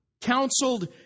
counseled